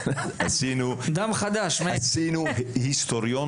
עשינו היסטוריון